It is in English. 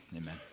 Amen